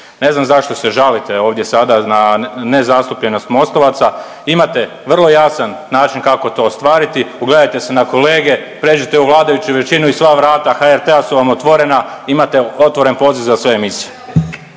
ne znam zašto se žalite ovdje sada na nezastupljenost mostovaca, imate vrlo jasan način kako to ostvariti, ugledajte se na kolege, pređite u vladajuću većinu i sva vrata HRT-a su vam otvorena, imate otvoren poziv za sve emisije.